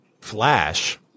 Flash